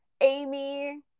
Amy